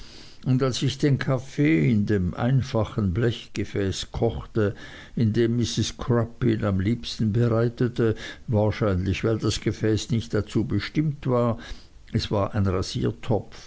und als ich den kaffee in dem einfachen blechgefäß kochte in dem mrs crupp ihn am liebsten bereitete wahrscheinlich weil das gefäß nicht dazu bestimmt war es war ein rasiertopf